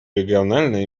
региональное